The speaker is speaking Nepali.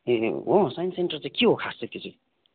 ए हो साइन्स सेन्टर चाहिँ के हो खास त्यो चाहिँ